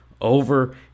over